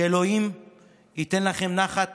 שאלוהים ייתן לכם נחת